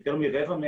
יותר מרבע,